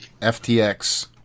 FTX